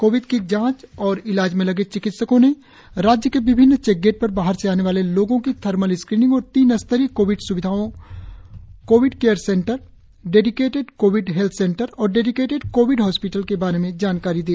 Covid की जांच और ईलाज में लगे चिकित्सकों ने राज्य के विभिन्न चेकगेट पर बाहर से आने वाले लोगों की थर्मल स्क्रीनिंग और तीन स्तरीय कोविड स्विधाओं COVID care centre dedicated COVID health centre और डेडिकेटेड कोविड हॉस्पिटल के बारे में जानकारी दी